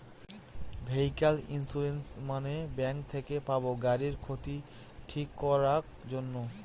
vehicle insurance মানে bank থেকে পাবো গাড়ির ক্ষতি ঠিক করাক জন্যে